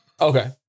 Okay